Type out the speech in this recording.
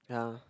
ya